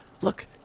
Look